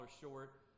short